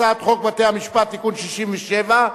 הצעת חוק בתי-המשפט (תיקון מס' 67),